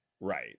Right